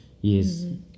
yes